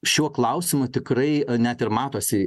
šiuo klausimu tikrai net ir matosi